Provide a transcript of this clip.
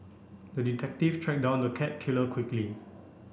the detective track down the cat killer quickly